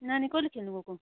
नानी कहिले खेल्नुगएको